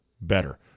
better